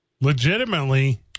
Legitimately